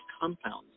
compounds